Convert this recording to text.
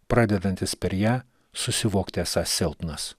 pradedantis per ją susivokti esąs silpnas